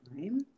time